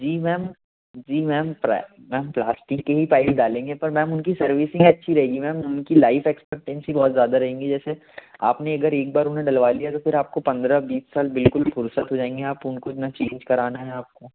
जी ma'am जी ma'am ma'am plastic के ही पाइप डालेंगे पर मैम उनकी सर्विसिंग अच्छी रहेगी मैम उनकी लाइफ़ एक्सपेक्टेंसी बहुत ज़्यादा रहेंगी जैसे आपने अगर एक बार उन्हे डलवा लिया तो फिर आपको पंद्रह बीस साल बिल्कुल फुर्सत हो जाएंगी आप उनको ना चेंज कराना है आपको